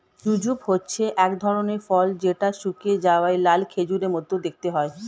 jujube হচ্ছে এক ধরনের ফল যেটা শুকিয়ে যাওয়া লাল খেজুরের মত দেখতে হয়